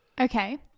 okay